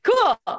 cool